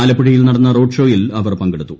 ആലപ്പൂഴയിൽ നടന്ന റോഡ് ഷോയിൽ അവർ പങ്കെട്ടുത്തു